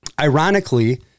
Ironically